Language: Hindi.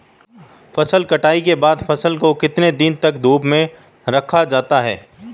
फसल कटाई के बाद फ़सल को कितने दिन तक धूप में रखा जाता है?